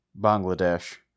Bangladesh